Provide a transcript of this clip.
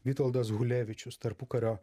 vitoldas hulevičius tarpukario